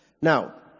Now